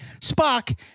Spock